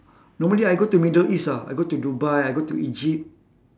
normally I go to middle east ah I go to dubai I go to egypt